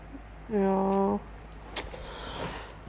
you know